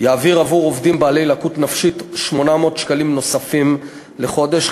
יעביר עבור עובדים בעלי לקות נפשית 800 שקלים נוספים לחודש.